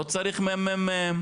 לא צריך ממ"מ,